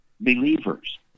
believers